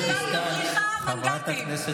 להוציא הכחשה, את מבזה את הליכוד